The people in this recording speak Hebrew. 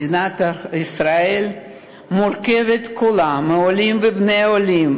מדינת ישראל מורכבת כולה מעולים ובני עולים,